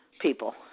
people